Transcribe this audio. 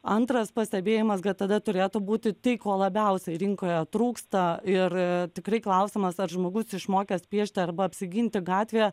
antras pastebėjimas kad tada turėtų būti tai ko labiausiai rinkoje trūksta ir tikrai klausimas ar žmogus išmokęs piešti arba apsiginti gatvėje